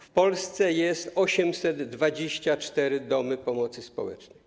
W Polsce są 824 domy pomocy społecznej.